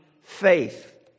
faith